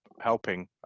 helping